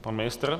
Pan ministr?